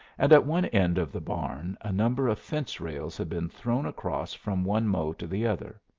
and at one end of the barn a number of fence-rails had been thrown across from one mow to the other.